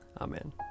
Amen